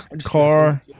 car